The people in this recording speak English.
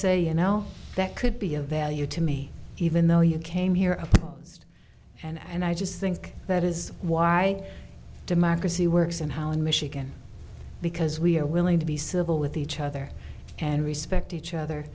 say you know that could be of value to me even though you came here of us and and i just think that is why democracy works in holland michigan because we're willing to be civil with each other and respect each other